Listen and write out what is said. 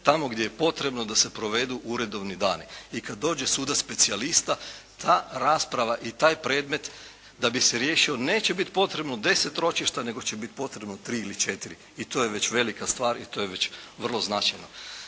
tamo gdje je potrebno da se provedu uredovni dani. I kada dođe sudac specijalista, ta rasprava i taj predmet da bi se riješio neće biti potrebno deset ročišta nego će biti potrebno tri ili četiri i to je već velika stvar i to je već vrlo značajno.